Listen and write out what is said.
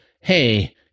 Hey